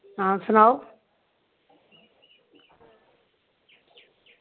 हां सनाओ